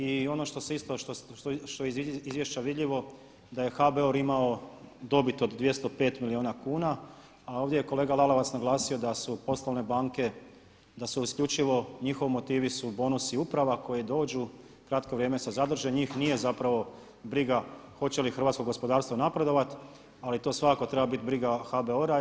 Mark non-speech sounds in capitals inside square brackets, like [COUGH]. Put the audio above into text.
I ono što je iz izvješća vidljivo da je HBOR imao dobit od 205 milijuna kuna a ovdje je kolega Lalovac naglasio da su poslovne banke, da su isključivo, njihovi motivi su bonus i uprava koje dođu, kratko vrijeme sa … [UNINTELLIGIBLE] njih nije zapravo briga hoće li hrvatsko gospodarstvo napredovati ali to svakako treba biti briga HBOR-a.